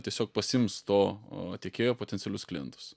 tiesiog pasiims to tikėjo potencialius klientus